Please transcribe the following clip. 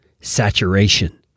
saturation